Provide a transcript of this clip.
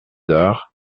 dares